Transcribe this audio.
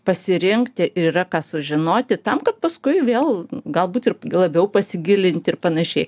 pasirinkti ir yra ką sužinoti tam kad paskui vėl galbūt ir labiau pasigilinti ir panašiai